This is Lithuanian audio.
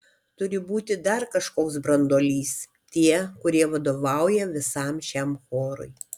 turi būti dar kažkoks branduolys tie kurie vadovauja visam šiam chorui